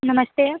नमस्ते